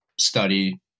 Study